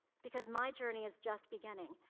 because my journey is just beginning,